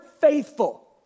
faithful